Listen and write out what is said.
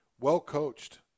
Well-coached